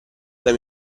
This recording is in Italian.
dai